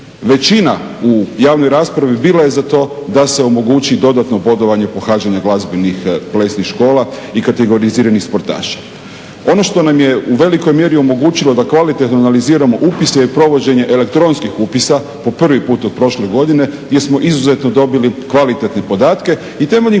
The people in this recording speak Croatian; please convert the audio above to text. Većina u javnoj raspravi bila je za to da se omogući dodatno bodovanje pohađanja glazbenih, plesnih škola i kategoriziranih sportaša. Ono što nam je u velikoj mjeri omogućilo da kvalitetno analiziramo upise i provođenje elektronskih upisa po prvi put od prošle godine jer smo izuzetno dobili kvalitetne podatke. I temeljem